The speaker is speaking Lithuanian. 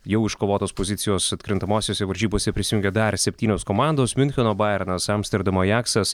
jau iškovotos pozicijos atkrintamosiose varžybose prisijungė dar septynios komandos miuncheno baernas amsterdamo ajaksas